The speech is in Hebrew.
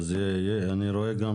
אני רואה גם